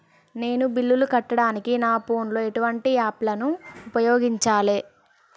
నేను బిల్లులను కట్టడానికి నా ఫోన్ లో ఎటువంటి యాప్ లను ఉపయోగించాలే?